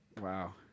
Wow